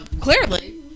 Clearly